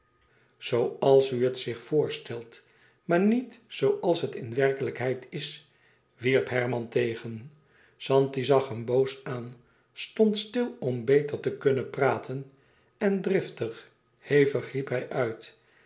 zooals u het zich voorstelt maar niet zooals het in werkelijkheid is wierp herman tegen zanti zag hem boos aan stond stil om beter te kunnen praten en driftig hevig riep hij uit